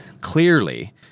clearly